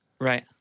Right